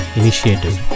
initiative